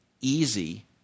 easy